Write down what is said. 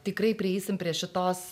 tikrai prieisim prie šitos